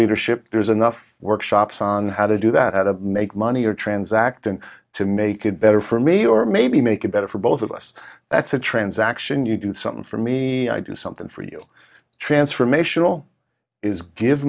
leadership there's enough workshops on how to do that at a make money or transact and to make it better for me or maybe make it better for both of us that's a transaction you do something for me i do something for you transformational is give